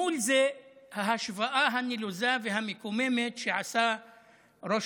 מול זה ההשוואה הנלוזה והמקוממת שעשה ראש